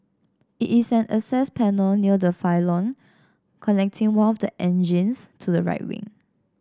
it is an access panel near the pylon connecting one of the engines to the right wing